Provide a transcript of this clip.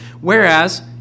whereas